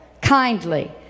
kindly